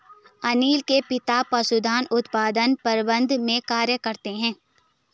अनील के पिता पशुधन उत्पादन प्रबंधन में कार्य करते है